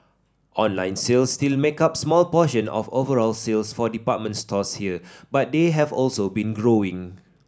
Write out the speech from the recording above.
online sales still make up small proportion of overall sales for department stores here but they have also been growing